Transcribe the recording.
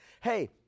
hey